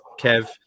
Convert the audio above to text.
Kev